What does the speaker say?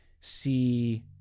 see